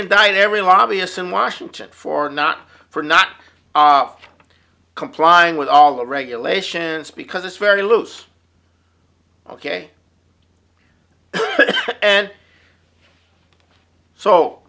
indict every lobbyist in washington for not for not complying with all the regulations because it's very loose ok and so